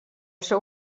seu